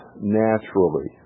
naturally